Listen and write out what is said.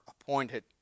appointed